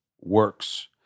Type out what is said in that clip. works